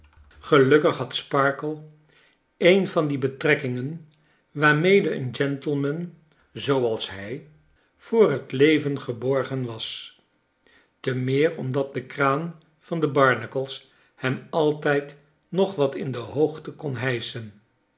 gelukkig had sparkler een van die betrekkingen waarmede een gentleman zoo als hij voor het leven geborgen was te meer omdat de kraan van de barnacles hem altijd nog wat in de hoogte kon hijschen